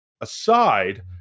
aside